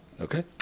Okay